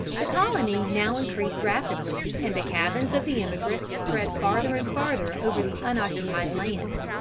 the colony now increased rapidly, and the cabins of the emigrants spread farther and farther over the unoccupied lands.